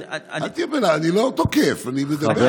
אל תהיה בלחץ, אני לא תוקף, אני מדבר.